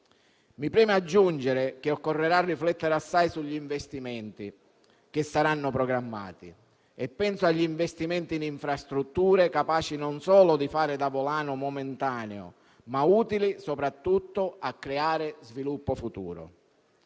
Mi preme aggiungere che occorrerà riflettere assai sugli investimenti che saranno programmati. Penso agli investimenti in infrastrutture capaci non solo di fare da volano momentaneo, ma utili soprattutto a creare sviluppo futuro.